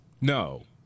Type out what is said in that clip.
No